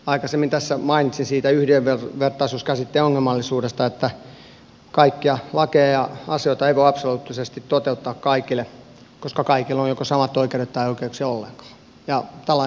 aikaisemmin tässä mainitsin siitä yhdenvertaisuuskäsitteen ongelmallisuudesta että kaikkia lakeja ja asioita ei voi absoluuttisesti toteuttaa kaikille koska kaikilla on joko samat oikeudet tai ei oikeuksia ollenkaan